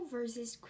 versus